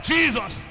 Jesus